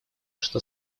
что